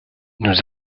nous